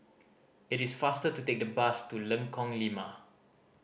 it is faster to take the bus to Lengkong Lima